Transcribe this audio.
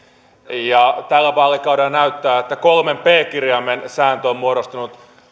tällä vaalikaudella näyttää että kolmen p kirjaimen sääntö on muodostunut